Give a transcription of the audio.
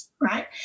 right